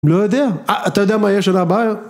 לא יודע, אתה יודע מה יש עוד ארבעה..